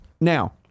Now